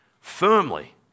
firmly